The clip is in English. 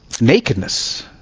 Nakedness